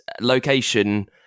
location